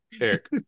Eric